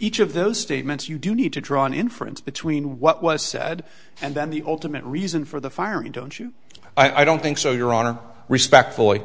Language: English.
each of those statements you do need to draw an inference between what was said and then the ultimate reason for the firing don't you i don't think so your honor respectfully